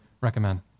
recommend